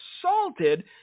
assaulted